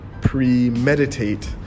premeditate